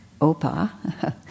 Opa